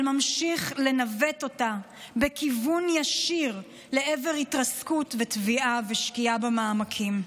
אבל ממשיך לנווט אותה בכיוון ישיר לעבר התרסקות וטביעה ושקיעה במעמקים.